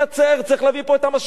צריך להביא לפה את המשיח מחדש.